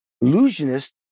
illusionist